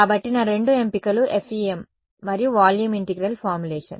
కాబట్టి నా రెండు ఎంపికలు FEM మరియు వాల్యూమ్ ఇంటిగ్రల్ ఫార్ములేషన్